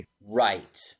Right